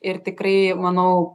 ir tikrai manau